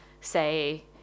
say